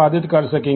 पाएंगे